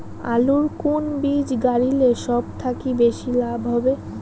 আলুর কুন বীজ গারিলে সব থাকি বেশি লাভ হবে?